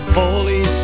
holy